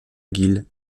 mcgill